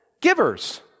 givers